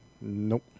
Nope